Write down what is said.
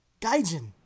Gaijin